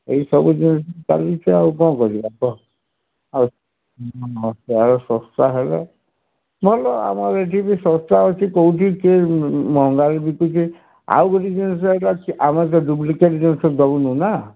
ଏଇ ସବୁ ଜିନିଷ ଚାଲିଛି ଆଉ କ'ଣ କରିବା କହ ଆଉ ଶସ୍ତା ହେଲେ ଭଲ ଆମର ଏଠି ବି ଶସ୍ତା କୋଉଠି କିଏ ମହଙ୍ଗାଇ ବିକୁଛି ଆଉ ଗୋଟେ ଜିନିଷ ଆଜ୍ଞା ଆମେ ତ ଡୁପ୍ଲିକେଟ୍ ଜିନିଷ ଦେଉନୁ ନା